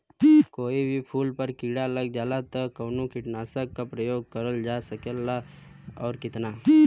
कोई भी फूल पर कीड़ा लग जाला त कवन कीटनाशक क प्रयोग करल जा सकेला और कितना?